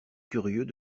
curieux